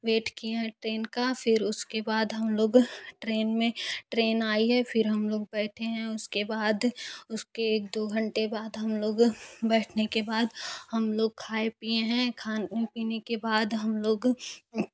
wait किए है train का फ़िर उसके बाद हम लोग ट्रेन में ट्रेन आई है फ़िर हम लोग बैठे हैं उसके बाद उसके एक दो घंटे बाद हम लोग बैठने के बाद हम लोग खाए पिए हैं खा ने पीने के बाद हम लोग